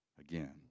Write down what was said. again